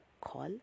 call